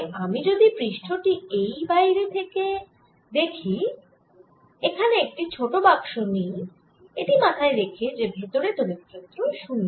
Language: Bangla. তাই আমি যদি পৃষ্ঠ টি এই বাইরে থেকে দেখি ও এখানে একটি ছোট বাক্স নিই এটি মাথায় রেখে যে ভেতরে তড়িৎ ক্ষেত্র 0